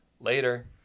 Later